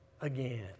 again